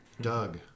Doug